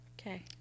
Okay